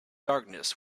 darkness